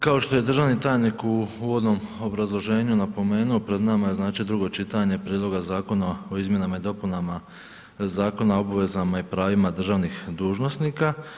Kao što je državni tajnik u uvodnom obrazloženju napomenuo, pred nama je znači drugo čitanje Prijedloga zakona o izmjenama i dopunama Zakona o obvezama i pravima državnih dužnosnika.